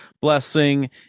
blessing